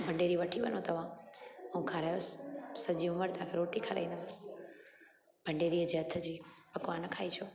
भंडेरी वठी वञो तव्हां ऐं खारायोसि सॼी उमिरि तव्हांखे रोटी खाराईंदव भंडेरी जे हथ जी पकवान खाइजो